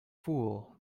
fool